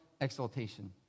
exaltation